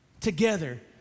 together